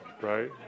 right